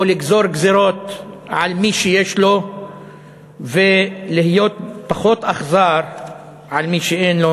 או לגזור גזירות על מי שיש לו ולהיות פחות אכזר על מי שאין לו.